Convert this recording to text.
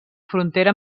frontera